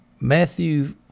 Matthew